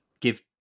give